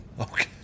Okay